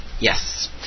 Yes